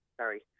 Sorry